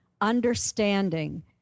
understanding